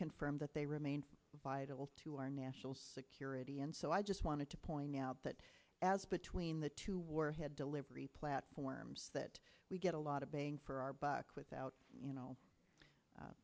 confirmed that they remain vital to our national security and so i just wanted to point out that as between the two warhead delivery platforms that we get a lot of bang for our buck without you know